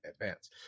advance